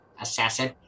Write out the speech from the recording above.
assassin